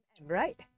Right